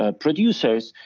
ah producers,